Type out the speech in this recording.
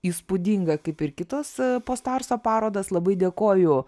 įspūdinga kaip ir kitos post arso parodos labai dėkoju